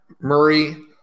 Murray